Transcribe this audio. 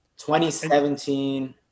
2017